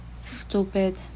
stupid